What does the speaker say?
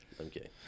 Okay